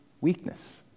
weakness